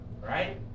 Right